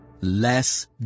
Less